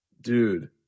Dude